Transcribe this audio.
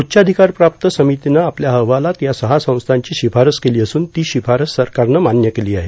उच्चाधिकारप्राप्त समितीनं आपल्या अहवालात या सहा संस्थांची शिफारस केली असून ती शिफारस सरकारनं मान्य केली आहे